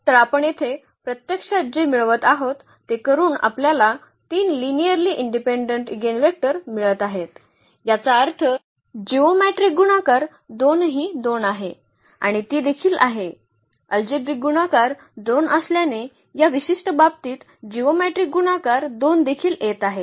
तर आपण येथे प्रत्यक्षात जे मिळवत आहोत ते करून आपल्याला 3 लिनिअर्ली इंडिपेंडेंट इगेनवेक्टर मिळत आहेत याचा अर्थ जिओमेट्रीक गुणाकार 2 ही 2 आहे आणि ती देखील आहे अल्जेब्रिक गुणाकार 2 असल्याने या विशिष्ट बाबतीत जिओमेट्रीक गुणाकार 2 देखील येत आहे